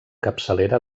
capçalera